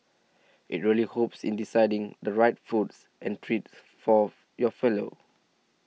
it really holps in deciding the right foods and treats for your fellow